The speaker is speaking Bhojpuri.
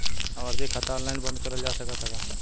आवर्ती खाता ऑनलाइन बन्द करल जा सकत ह का?